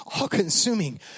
all-consuming